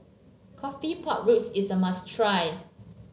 coffee Pork Ribs is a must try